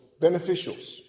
beneficials